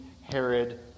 Herod